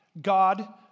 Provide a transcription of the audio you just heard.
God